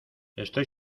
estoy